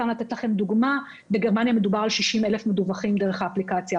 אתן לכם דוגמה: בגרמניה מדובר על 60,000 מדוּוחים דרך האפליקציה.